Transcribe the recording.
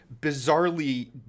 bizarrely